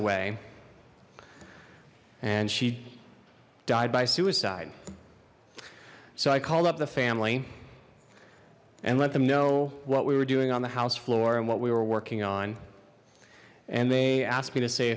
away and she died by suicide so i called up the family and let them know what we were doing on the house floor and what we were working on and they asked me to say